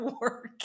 work